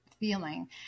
feeling